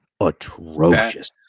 atrocious